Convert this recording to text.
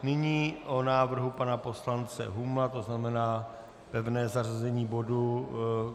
Nyní o návrhu pana poslance Humla, to znamená pevné zařazení bodu...